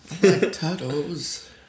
turtles